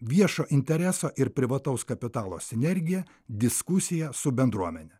viešo intereso ir privataus kapitalo sinergija diskusija su bendruomene